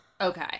okay